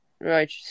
right